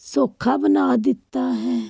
ਸੌਖਾ ਬਣਾ ਦਿੱਤਾ ਹੈ